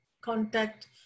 contact